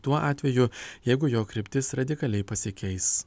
tuo atveju jeigu jo kryptis radikaliai pasikeis